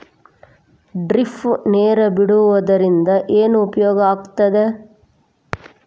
Drip ನೇರ್ ಬಿಡುವುದರಿಂದ ಏನು ಉಪಯೋಗ ಆಗ್ತದ?